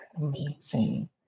Amazing